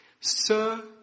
Sir